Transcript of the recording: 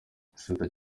igisubizo